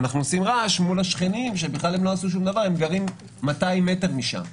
אנחנו עושים רעש מול השכנים שבכלל לא עשו שום דבר הם גרים 200 מ' משם.